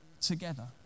together